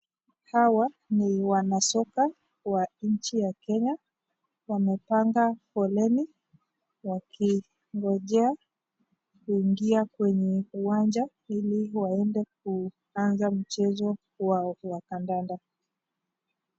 Hawa ni wanasoka wa nchi ya Kenya, wamepanga foleni wakingojea, kuingia kwenye uwanja ili waende kuanza mchezo wao, ya kandanda.